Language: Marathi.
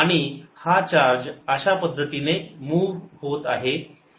आणि हा चार्ज अशा पद्धतीने मूव्ह होत आहे